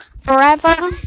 Forever